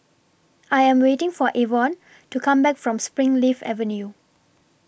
I Am waiting For Evon to Come Back from Springleaf Avenue